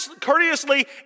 courteously